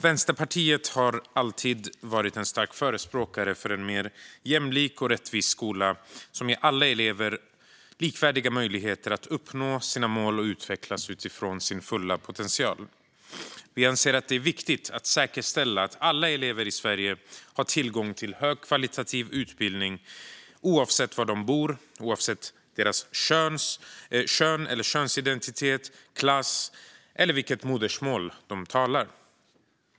Vänsterpartiet har alltid varit en stark förespråkare för en mer jämlik och rättvis skola som ger alla elever likvärdiga möjligheter att uppnå sina mål och utvecklas utifrån sin fulla potential. Vi anser att det är viktigt att säkerställa att alla elever i Sverige har tillgång till högkvalitativ utbildning oavsett var de bor, oavsett kön eller könsidentitet, klass eller vilket modersmål de talar.